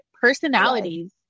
personalities